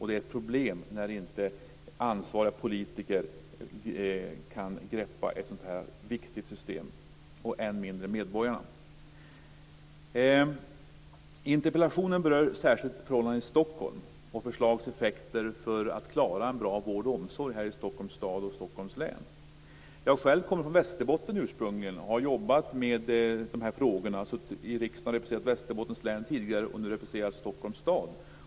Det är ett problem när inte ansvariga politiker, och än mindre medborgarna, kan greppa ett sådant viktigt system. Stockholm och de effekter förslaget har när det gäller att klara en bra vård och omsorg här i Stockholms stad och Stockholms län. Jag själv kommer ursprungligen från Västerbotten och har jobbat med dessa frågor. Jag har representerat Västerbottens län tidigare i riksdagen, och nu representerar jag alltså Stockholms stad.